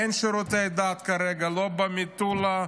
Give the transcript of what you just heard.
אין שירותי דת כרגע לא במטולה,